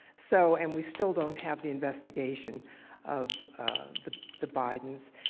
so and we still don't have the investigation of the the bidens.